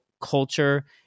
culture